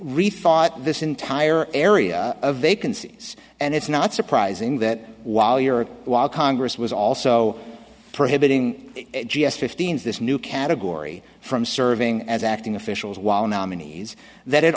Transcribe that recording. rethought this entire area of vacancies and it's not surprising that while you're while congress was also prohibiting fifteen's this new category from serving as acting officials while nominees that